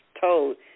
told